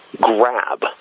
grab